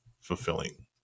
fulfilling